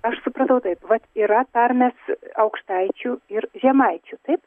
aš supratau taip vat yra tarmės aukštaičių ir žemaičių taip